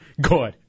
Good